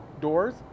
Doors